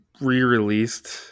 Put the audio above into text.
re-released